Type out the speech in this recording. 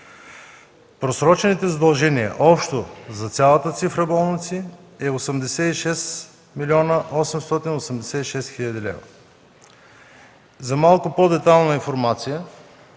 Просрочените задължения общо за цялата цифра болници са 86 млн. 886 хил. лв. Малко по-детайлна информация